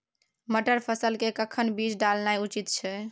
मटर फसल के कखन बीज डालनाय उचित छै?